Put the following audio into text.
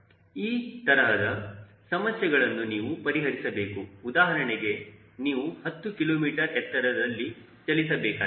ಈ ತರಹದ ಸಮಸ್ಯೆಗಳನ್ನು ನೀವು ಪರಿಹರಿಸಬೇಕು ಉದಾಹರಣೆಗೆ ನೀವು ಹತ್ತು ಕಿಲೋಮೀಟರ್ ಎತ್ತರದಲ್ಲಿ ಚಲಿಸಬೇಕಾಗಿದೆ